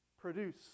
produce